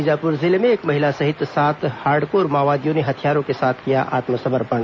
बीजापुर जिले में एक महिला सहित सात हार्डकोर माओवादियों ने हथियारों के साथ किया आत्मसमर्पण